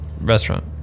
restaurant